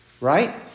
right